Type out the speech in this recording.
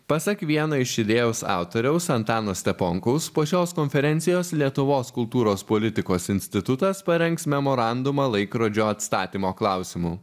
pasak vieno iš idėjos autoriaus antano steponkaus po šios konferencijos lietuvos kultūros politikos institutas parengs memorandumą laikrodžio atstatymo klausimu